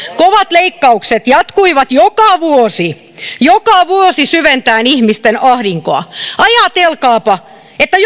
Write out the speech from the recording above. kovat leikkaukset jatkuivat joka vuosi joka vuosi syventäen ihmisten ahdinkoa ajatelkaapa että